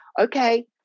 okay